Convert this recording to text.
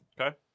Okay